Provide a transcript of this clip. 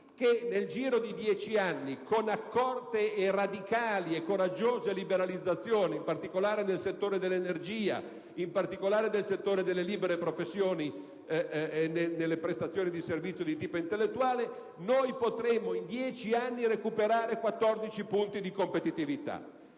che, nel giro di dieci anni, con accorte, radicali e coraggiose liberalizzazioni, in particolare nel settore dell'energia, in quello delle libere professioni e delle prestazioni di servizio di tipo intellettuale, potremmo recuperare 14 punti di competitività.